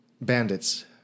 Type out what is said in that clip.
Bandits